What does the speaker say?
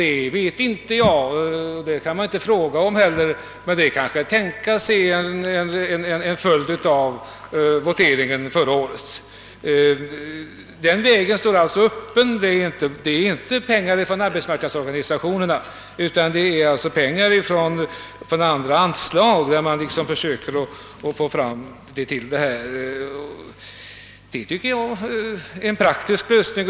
Jag vet inte — och inte kan man heller fråga någon om det och få ett riktigt svar — om det är en följd av voteringen i detta ärende förra året. Men den vägen står alltså öppen. Pengarna kommer emellertid inte från arbetsmarknadsorganisationerna, utan det är pengar från andra anslagsposter. Detta tycker jag är en praktisk lösning.